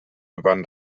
gewann